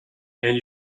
and